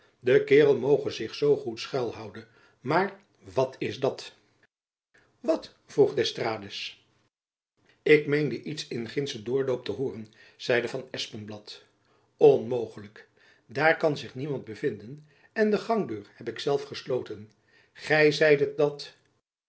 de kaerel moge zich nog zoo goed schuil houden maar wat is dat jacob van lennep elizabeth musch wat vroeg d'estrades ik meende iets in gindschen doorloop te hooren zeide van espenblad onmogelijk daar kan zich niemand bevinden en de gangdeur heb ik zelf gesloten gy zeidet dan dat